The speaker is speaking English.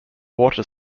water